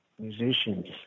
musicians